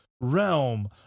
realm